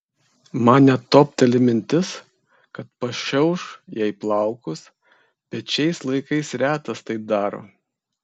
man net topteli mintis kad pašiauš jai plaukus bet šiais laikais retas taip daro